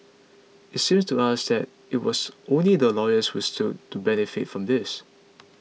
it seems to us that it was only the lawyers who stood to benefit from this